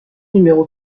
numéro